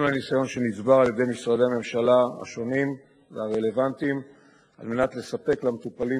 לצורך זה נקבעו בנוהל כמה הוראות המגבילות את האפשרות להביא עובדים